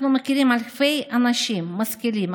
אנחנו מכירים אלפי אנשים משכילים,